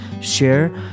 Share